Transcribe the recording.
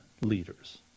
leaders